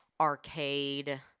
arcade